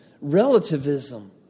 relativism